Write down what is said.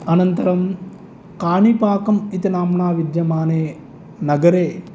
अनन्तरं काणिपाकम् इति नाम्ना विद्यमाने नगरे